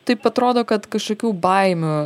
taip atrodo kad kažkokių baimių